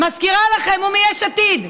מזכירה לכם, הוא מיש עתיד.